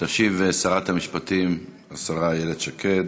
תשיב שרת המשפטים, השרה איילת שקד.